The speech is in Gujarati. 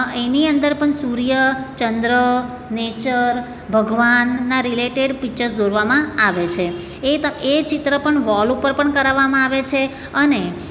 એની અંદર પણ સૂર્ય ચંદ્ર નેચર ભગવાનના રિલેટેડ પિક્ચર દોરવામાં આવે છે એ એ ચિત્ર પણ વોલ ઉપર પણ કરાવવામાં આવે છે અને